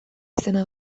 izena